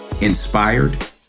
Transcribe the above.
inspired